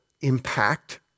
impact